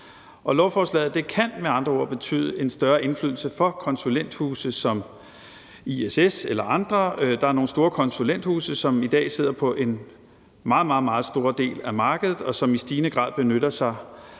andre ord betyde en større indflydelse for konsulenthuse som ISS eller andre. Der er nogle store konsulenthuse, som i dag sidder på en meget, meget stor del af markedet, og som i stigende grad benytter sig